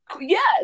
yes